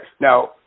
Now